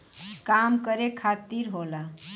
काम करे खातिर होला